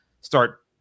start